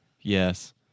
yes